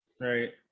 Right